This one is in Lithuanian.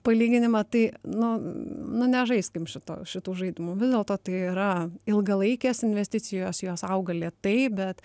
palyginimą tai nu nu ne žaiskim šito šitų žaidimų vis dėlto tai yra ilgalaikės investicijos jos auga lėtai bet